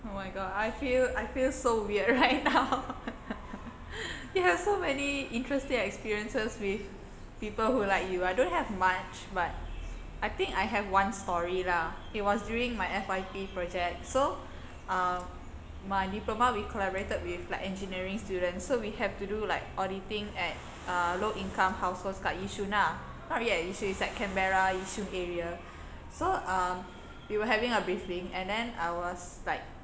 oh my god I feel I feel so weird right now you have so many interesting experiences with people who like you I don't have much but I think I have one story lah it was during my F_Y_P project so um my diploma we collaborated with like engineering students so we have to do like auditing at uh low income households kat yishun ah not really at yishun it's like canberra yishun area so um we were having a briefing and then I was like